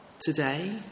today